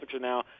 now